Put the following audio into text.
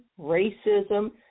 racism